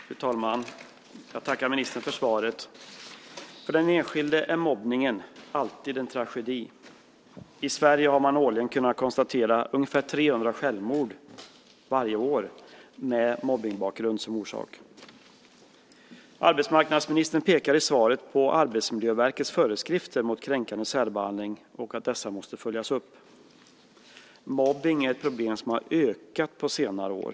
Fru talman! Jag tackar ministern för svaret. För den enskilde är mobbningen alltid en tragedi. I Sverige har man årligen kunnat konstatera ungefär 300 självmord där mobbning varit orsaken. Arbetsmarknadsministern pekar i svaret på Arbetsmiljöverkets föreskrifter mot kränkande särbehandling och att dessa måste följas upp. Mobbning är ett problem som ökat på senare år.